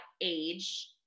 age